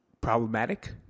problematic